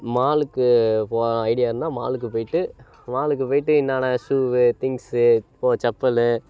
மாலுக்கு போகிற ஐடியா இருந்தால் மாலுக்கு போய்விட்டு மாலுக்கு போய்விட்டு என்னென்ன ஷூவு திங்ஸ்ஸு அப்புறம் செப்பலு